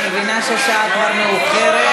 אני מבינה שהשעה כבר מאוחרת,